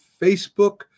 Facebook